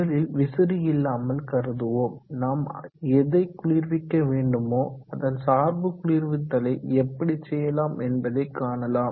முதலில் விசிறி இல்லாமல் கருதுவோம் நாம் எதை குளிர்விக்க வேண்டுமோ அதன் சார்பு குளிர்வித்தலை எப்படி செய்யலாம் என்பதை காணலாம்